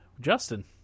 Justin